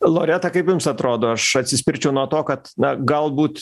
loreta kaip jums atrodo aš atsispirčiau nuo to kad na galbūt